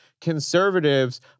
conservatives